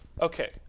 Okay